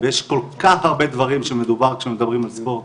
ויש כל כך הרבה דברים שמדובר כשמדברים על ספורט.